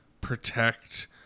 protect